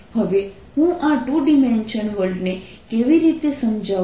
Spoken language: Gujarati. હવે હું આ ટુ ડિમેન્શનલ વર્લ્ડને કેવી રીતે સમજાવું